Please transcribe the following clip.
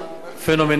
בהצלחה פנומנלית.